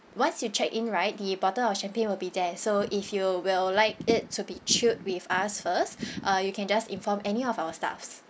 once you check in right the bottle of champagne will be there so if you will like it to be chilled with ice first uh you can just inform any of our staffs